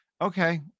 okay